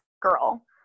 girl